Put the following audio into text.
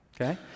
okay